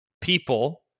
people